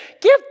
Give